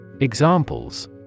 Examples